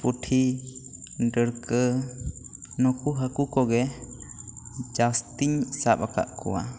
ᱯᱩᱴᱷᱤ ᱰᱟᱹᱲᱠᱟᱹ ᱱᱩᱠᱩ ᱦᱟᱹᱠᱩ ᱠᱚᱜᱮ ᱡᱟᱹᱥᱛᱤᱧ ᱥᱟᱵ ᱟᱠᱟᱫ ᱠᱚᱣᱟ